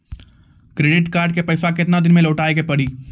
Credit card के पैसा केतना दिन मे लौटाए के पड़ी?